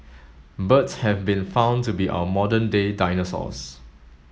birds have been found to be our modern day dinosaurs